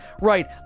Right